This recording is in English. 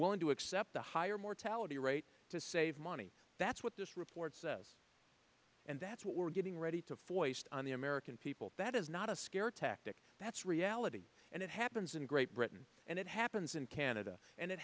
willing to accept a higher mortality rate to save money that's what this report says and that's what we're getting ready to foist on the american people that is not a scare tactic that's reality and it happens in great britain and it happens in canada and it